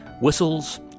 Whistles